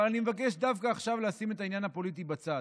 אבל אני מבקש דווקא עכשיו לשים את העניין הפוליטי בצד.